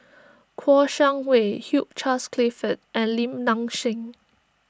Kouo Shang Wei Hugh Charles Clifford and Lim Nang Seng